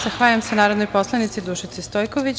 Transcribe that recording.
Zahvaljujem se narodnoj poslanici Dušici Stojković.